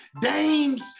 dames